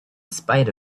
spite